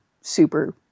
super